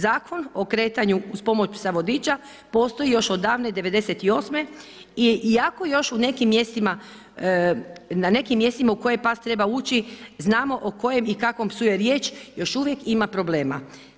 Zakon o kretanju uz pomoć psa vodiča postoji još od davne '98. i iako još u nekim mjestima, na nekim mjestima u koje pas treba ući, znamo o kojem i kakvom psu je riječ, još uvijek ima problema.